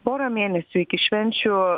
pora mėnesių iki švenčių